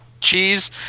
cheese